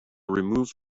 remove